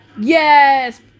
Yes